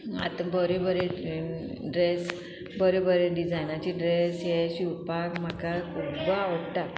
आतां बरें बरें ड्रेस बरें बरें डिजायनाचे ड्रेस हे शिवपाक म्हाका खूब आवडटा